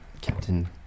Captain